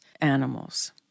animals